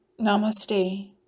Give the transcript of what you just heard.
namaste